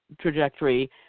trajectory